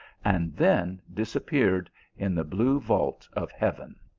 and then disappeared in the blue vault of heaven.